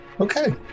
Okay